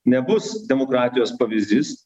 nebus demokratijos pavyzdys